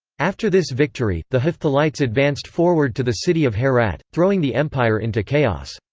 after this victory, the hephthalites advanced forward to the city of herat, throwing the empire into chaos.